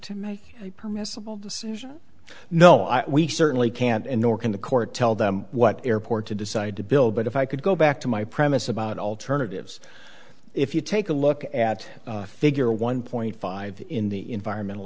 to make permissible decisions no we certainly can't and nor can the court tell them what airport to decide to bill but if i could go back to my premise about alternatives if you take a look at figure one point five in the environmental